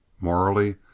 morally